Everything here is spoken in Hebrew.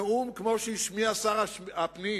נאום כמו שהשמיע שר הפנים,